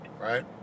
right